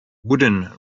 wooden